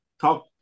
talk –